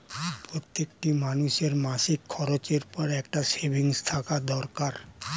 প্রত্যেকটি মানুষের মাসিক খরচের পর একটা সেভিংস থাকা দরকার